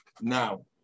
now